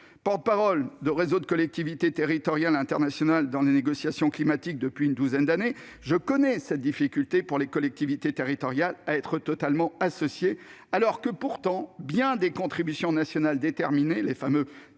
Porte-parole de réseaux de collectivités territoriales internationales dans les négociations climatiques depuis une douzaine d'années, je connais la difficulté que rencontrent les collectivités territoriales à être totalement associées, alors que, pourtant, bien des contributions déterminées au